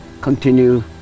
continue